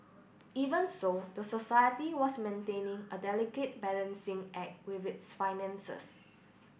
even so the society was maintaining a delicate balancing act with its finances